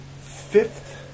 fifth